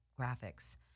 graphics